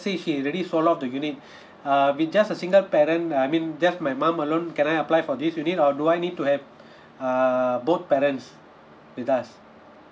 say he already sold out the unit uh with just a single parent I mean just my mum alone can I apply for this unit or do I need to have err both parents with us